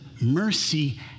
mercy